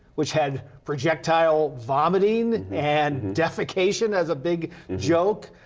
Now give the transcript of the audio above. which had projectile vomiting and defecation as a big joke,